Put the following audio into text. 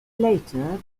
later